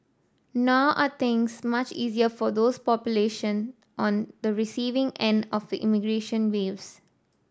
nor are things much easier for those population on the receiving end of the immigration waves